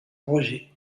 projets